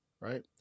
right